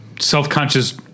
self-conscious